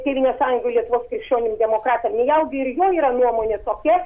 tėvynės sąjungai lietuvos krikščionim demokratam nejaugi ir jo yra nuomonė tokia